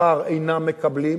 שכר אינם מקבלים.